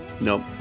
Nope